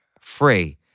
free